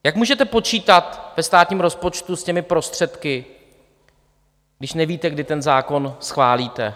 Jak můžete počítat ve státním rozpočtu s těmi prostředky, když nevíte, kdy ten zákon schválíte?